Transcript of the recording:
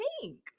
pink